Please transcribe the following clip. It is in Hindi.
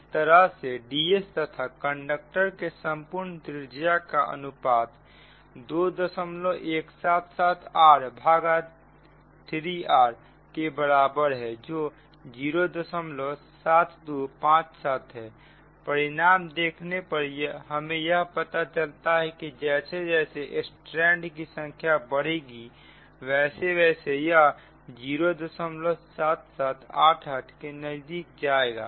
इस तरह से Ds तथा कंडक्टर के संपूर्ण त्रिज्या का अनुपात 2177 r3r के बराबर है जो 07257 है परिणाम देखने पर हमें यह पता चलता है कि जैसे जैसे स्ट्रैंड की संख्या बढ़ेगी वैसे वैसे यह 07788 के नजदीक जाएगा